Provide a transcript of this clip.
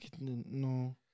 no